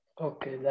Okay